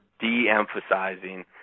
de-emphasizing